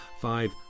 five